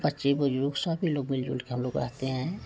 बच्चे बुजुर्ग सभी लोग मिलजुल के हम लोग रहते हैं